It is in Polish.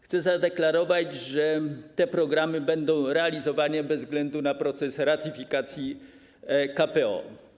Chcę zadeklarować, że te programy będą realizowane bez względu na proces ratyfikacji KPO.